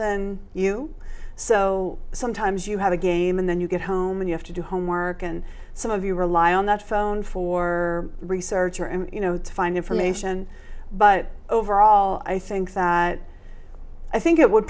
than you so sometimes you have a game and then you get home and you have to do homework and some of you rely on that phone for researcher and you know to find information but overall i think that i think it would